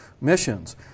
missions